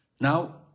Now